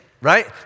right